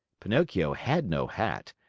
pinocchio had no hat,